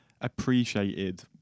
appreciated